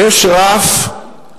יש רף,